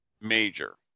Major